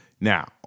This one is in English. now